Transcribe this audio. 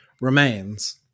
remains